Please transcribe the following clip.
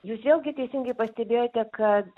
jūs vėlgi teisingai pastebėjote kad